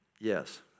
yes